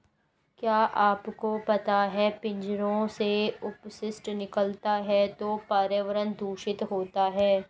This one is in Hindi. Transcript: क्या आपको पता है पिंजरों से अपशिष्ट निकलता है तो पर्यावरण दूषित होता है?